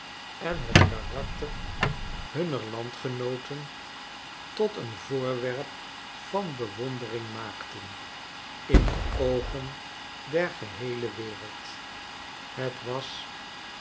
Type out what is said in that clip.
en het karakter hunner washington landgenooten tot'een voorwerp van bewondering maakten in de oogen der geheele wereld het was